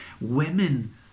Women